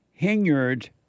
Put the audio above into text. Hingard